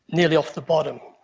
nearly off the bottom.